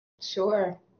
Sure